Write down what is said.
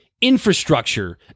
infrastructure